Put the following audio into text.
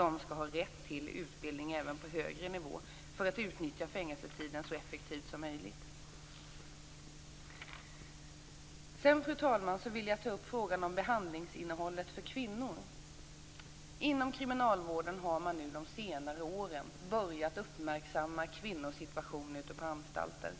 De skall ha rätt till utbildning även på högre nivå; detta för att utnyttja fängelsetiden så effektivt som möjligt. Sedan, fru talman, vill jag ta upp frågan om behandlingsinnehållet vad gäller kvinnor. Inom kriminalvården har man under senare år börjat uppmärksamma kvinnors situation ute på anstalterna.